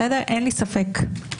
אין לי ספק.